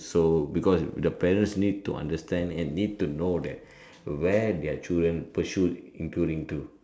so because the parents need to understand and need to know that where their children pursuits including to